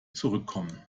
zurückkommen